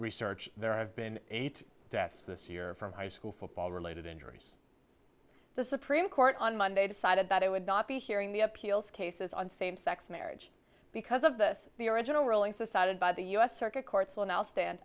research there have been eight deaths this year from high school football related injuries the supreme court on monday decided that it would not be hearing the appeals cases on same sex marriage because of this the original ruling so cited by the u s circuit courts will now stand